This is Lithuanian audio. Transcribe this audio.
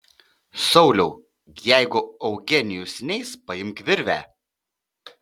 sauliau jeigu eugenijus neis paimk virvę